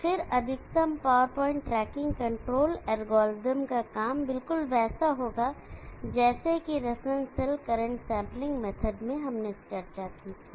और फिर अधिकतम power point tracking control algorithm का काम करना बिल्कुल वैसा होगा जैसे कि reference cell current sampling method में हमने चर्चा की थी